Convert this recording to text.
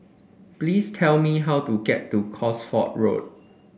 please tell me how to get to Cosford Road